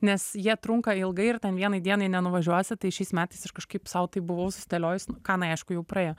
nes jie trunka ilgai ir ten vienai dienai nenuvažiuosi tai šiais metais ir kažkaip sau tai buvau susidėliojus nu kanai aišku jau praėjo